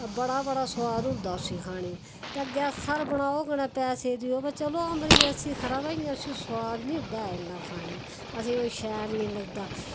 बडा बडा स्बाद होंदा उसी खाने च ते गैसे र बनाओ कन्नै पैसै देओ चलो अमरजेंसी खरा भाई उसी स्बाद नेईं होंदा ऐ इन्ना खाने च असेंगी शैल नेईं लगदा